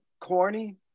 corny